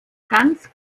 ganz